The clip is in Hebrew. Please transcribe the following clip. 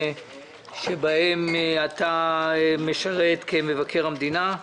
שבהם אתה משרת כמבקר המדינה.